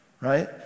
right